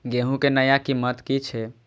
गेहूं के नया कीमत की छे?